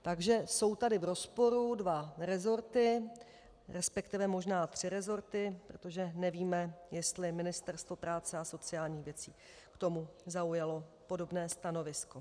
Takže jsou tady v rozporu dva resorty, resp. možná tři resorty, protože nevíme, jestli Ministerstvo práce a sociálních věcí k tomu zaujalo podobné stanovisko.